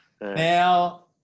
Now